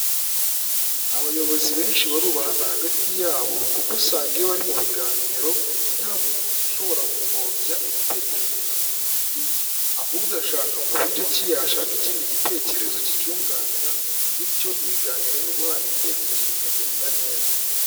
Abayobozi benshi barubahana hagati yabo, kuko usanga iyo bari mu biganiro nta muyobozi ushobora gupfobya igitekerezo cya mugenzi we. Ahubwo ashaka ku buryo ki yashaka ikindi gitekerezo kicyunganira, bityo ibiganiro no guhana ibitekerezo bikagenda neza.